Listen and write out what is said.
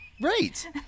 Right